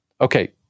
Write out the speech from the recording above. Okay